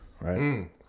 right